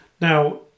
Now